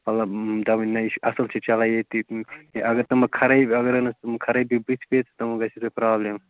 مطلب دپان نہَ یہِ اَصٕل چھُ چلان ییٚتہِ اگر تِمن خرٲبی اگر أمِس خرٲبی بُتھِ پیٚیہِ تِمن گَژھِ تۅہہِ پرٛابلِم